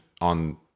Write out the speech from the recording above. on